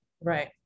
Right